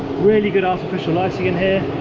really good artificial lighting in here,